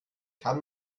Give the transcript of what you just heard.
kann